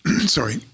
Sorry